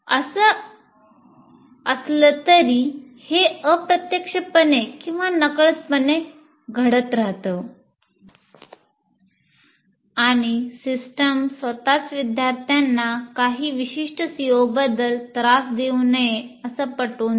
असे असले तरी हे अप्रत्यक्षपणे किंवा नकळतपणे घडत राहतं आणि सिस्टम स्वतःच विद्यार्थ्यांना काही विशिष्ट CO बद्दल त्रास देऊ नये असं पटवून देते